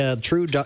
true